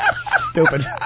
Stupid